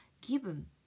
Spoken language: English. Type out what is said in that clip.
given